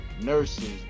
nurses